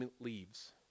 leaves